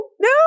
no